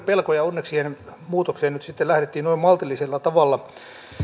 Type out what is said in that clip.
pelko ja onneksi muutokseen nyt sitten lähdettiin noin maltillisella tavalla